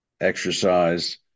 exercise